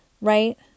right